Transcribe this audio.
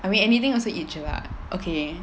I mean anything also eat jelak